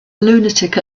lunatic